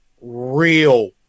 Real